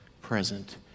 present